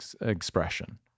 expression